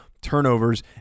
turnovers